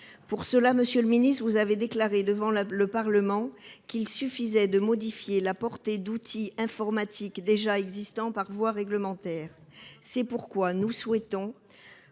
Pour cela, monsieur le ministre, vous avez déclaré devant le Parlement qu'« il suffisait de modifier la portée d'outils informatiques déjà existants par voie réglementaire ». C'est la raison pour